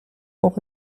auch